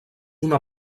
una